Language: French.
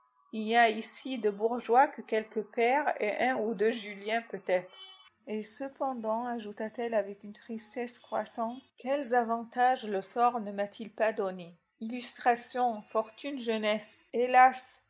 il n'y a ici de bourgeois que quelques pairs et un ou deux julien peut-être et cependant ajoutait-elle avec une tristesse croissante quels avantages le sort ne m'a-t-il pas donnés illustration fortune jeunesse hélas